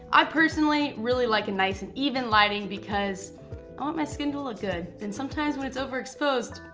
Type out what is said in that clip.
i personally really like a nice and even lighting because i want my skin to look good and sometimes when it's overexposed,